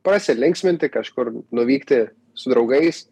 pasilinksminti kažkur nuvykti su draugais